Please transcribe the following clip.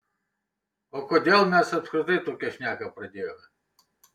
o kodėl mes apskritai tokią šneką pradėjome